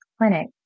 clinic